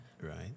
Right